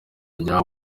rya